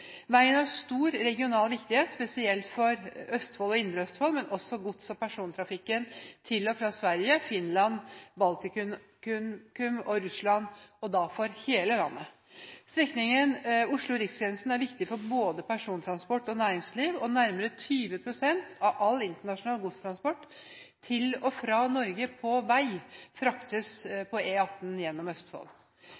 Veien har stor regional viktighet spesielt for Østfold og Indre Østfold, men også for gods- og persontrafikken til og fra Sverige, Finland, Baltikum og Russland – og dermed for hele landet. Strekningen Oslo–Riksgrensen er viktig både for persontransport og næringsliv, og nærmere 20 pst. av all internasjonal godstransport til og fra Norge på vei fraktes